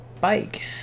bike